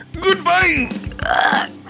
Goodbye